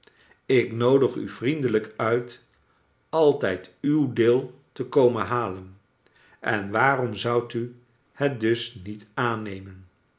ik noodig u vriendelijk uit altijd uw deel te komen halen en waarom zoudt u het das niet aannemen